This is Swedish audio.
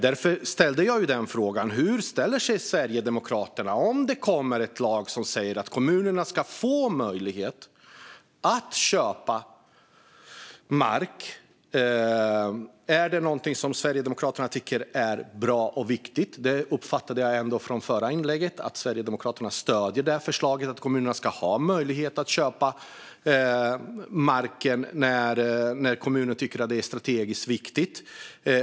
Därför ställde jag frågan: Hur ställer sig Sverigedemokraterna till ett förslag om en lag som säger att kommunerna ska få möjlighet att köpa mark? Är det något som Sverigedemokraterna tycker är bra och viktigt? Jag uppfattade ändå från förra inlägget att Sverigedemokraterna stöder förslaget att kommunerna ska ha möjlighet att köpa marken när kommunerna tycker att det är strategiskt viktigt.